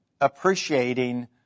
appreciating